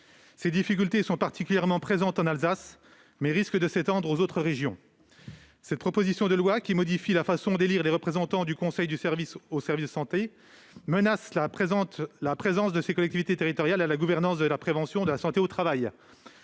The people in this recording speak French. Celles-ci sont particulièrement présentes en Alsace, mais elles risquent de s'étendre aux autres régions. Cette proposition de loi, qui modifie la façon d'élire les représentants au conseil d'administration des services de santé, menace la présence des collectivités territoriales au sein de la gouvernance des services de prévention et santé au travail.